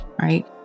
right